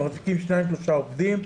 שמחזיקים שניים-שלושה עובדים,